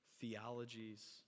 theologies